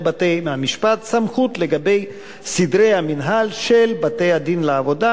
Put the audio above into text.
בתי-המשפט סמכות לגבי סדרי המינהל של בתי-הדין לעבודה,